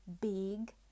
Big